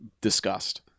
discussed